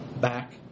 back